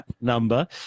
number